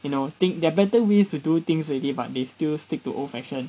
you know think there are better ways to do things already but they still stick to old fashion